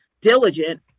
diligent